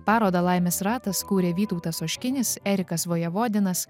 parodą laimės ratas kūrė vytautas oškinis erika svajavodinas